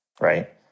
Right